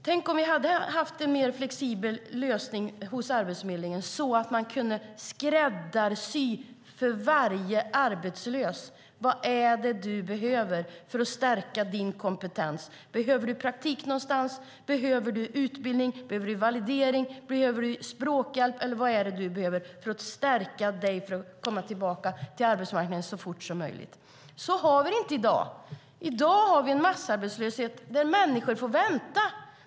Tänk om vi hade haft en mer flexibel lösning hos Arbetsförmedlingen så att de för varje arbetslös kunnat skräddarsy vad den personen behöver, genom att fråga: Vad är det du behöver för att stärka din kompetens? Behöver du praktik någonstans? Behöver du utbildning? Behöver du validering? Behöver du språkhjälp? Vad behöver du för att stärka dig så att du kan komma tillbaka till arbetsmarknaden så fort som möjligt? Så har vi det inte i dag. I dag har vi en massarbetslöshet där människor får vänta.